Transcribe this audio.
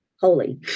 holy